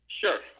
Sure